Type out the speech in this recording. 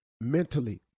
mentally